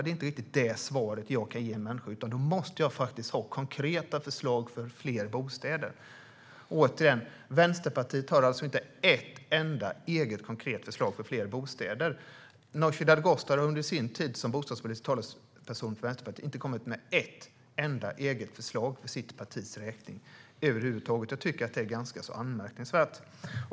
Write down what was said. Det är inte riktigt det svaret jag kan ge människor, utan då måste jag ha konkreta förslag för fler bostäder. Återigen: Vänsterpartiet har alltså inte ett enda eget konkret förslag för fler bostäder. Nooshi Dadgostar har under sin tid som bostadspolitisk talesperson för Vänsterpartiet inte kommit med ett enda eget förslag för sitt partis räkning. Jag tycker att det är ganska anmärkningsvärt.